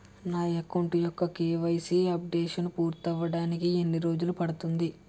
నా అకౌంట్ యెక్క KYC updation పూర్తి అవ్వడానికి ఎన్ని రోజులు పడుతుంది?